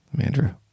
Andrew